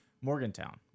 Morgantown